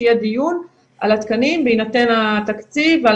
שיהיה דיון על התקנים ובהינתן התקציב על